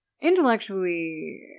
Intellectually